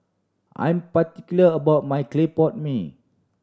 I'm particular about my clay pot mee